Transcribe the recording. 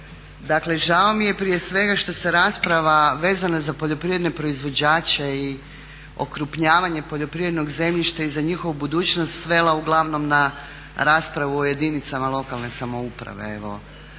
Dakle, žao mi je prije svega što se rasprava vezana za poljoprivredne proizvođače i okrupnjavanje poljoprivrednog zemljišta i za njihovu budućnost svela uglavnom na raspravu o jedinicama lokalne samouprave.